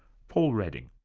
paul redding.